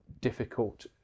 difficult